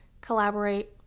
collaborate